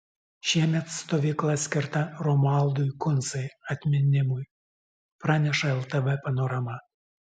šiemet stovykla skirta romualdui kuncai atminimui praneša ltv panorama